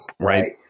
Right